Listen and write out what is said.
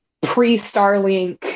pre-starlink